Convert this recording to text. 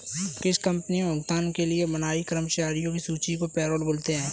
किसी कंपनी मे भुगतान के लिए बनाई गई कर्मचारियों की सूची को पैरोल बोलते हैं